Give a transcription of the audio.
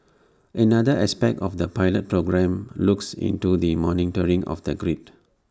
another aspect of the pilot programme looks into the monitoring of the grid